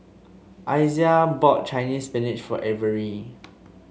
Isaiah bought Chinese Spinach for Avery